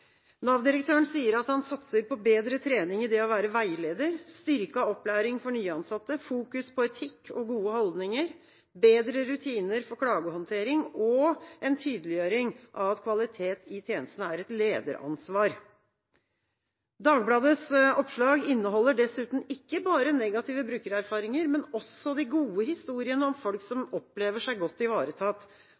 sier at han satser på bedre trening i det å være veileder, styrket opplæring for nyansatte, fokus på etikk og gode holdninger, bedre rutiner for klagehåndtering og en tydeliggjøring av at kvalitet i tjenestene er et lederansvar. Dagbladets oppslag inneholder dessuten ikke bare negative brukererfaringer, men også de gode historiene om folk som opplever seg godt ivaretatt.